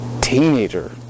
teenager